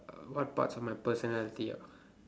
uh what parts of my personality ah